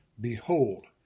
Behold